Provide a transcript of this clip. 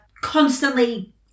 constantly